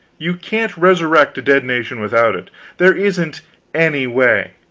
you can't resurrect a dead nation without it there isn't any way.